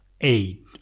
eight